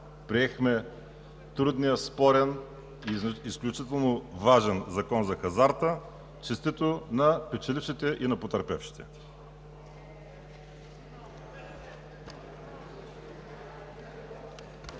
приехме трудния, спорен и изключително важен ЗИД на Закон за хазарта. Честито на печелившите и на потърпевшите!